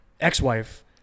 ex-wife